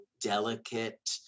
delicate